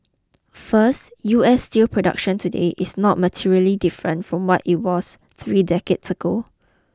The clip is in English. first U S steel production today is not materially different from what it was three decades ago